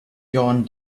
jon